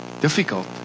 Difficult